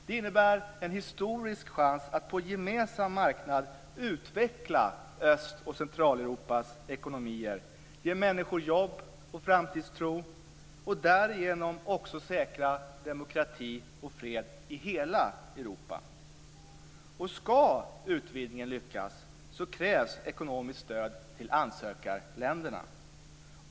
Det är en historisk chans att på en gemensam markand utveckla Öst och Centraleuropas ekonomier, ge människor jobb och framtidstro och därigenom också säkra demokrati och fred i hela Europa. Ska utvidgningen lyckas krävs ekonomiskt stöd till ansökarländerna.